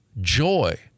joy